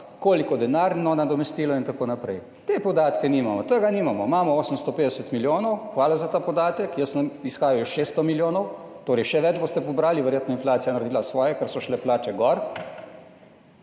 koliko denarno nadomestilo in tako naprej. Teh podatke nimamo, tega nimamo. Imamo. 850 milijonov hvala za ta podatek. Jaz sem izhajal iz 600 milijonov, torej še več boste pobrali, verjetno je inflacija naredila svoje, ker so šle plače gor.